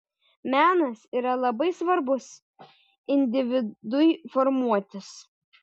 menas yra labai svarbus individui formuotis